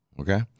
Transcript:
Okay